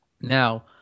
now